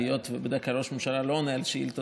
היות שבדרך כלל ראש ממשלה לא עונה על שאילתות,